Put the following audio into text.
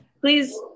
please